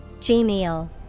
Genial